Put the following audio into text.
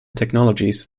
technologies